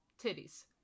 Titties